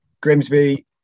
Grimsby